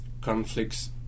Conflicts